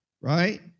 right